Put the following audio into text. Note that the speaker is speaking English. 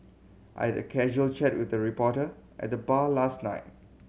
I'd a casual chat with a reporter at the bar last night